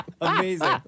Amazing